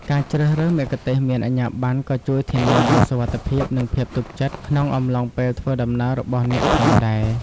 ការជ្រើសរើសមគ្គុទ្ទេសក៍មានអាជ្ញាប័ណ្ណក៏ជួយធានានូវ សុវត្ថិភាព និងភាពទុកចិត្ត ក្នុងអំឡុងពេលធ្វើដំណើររបស់អ្នកផងដែរ។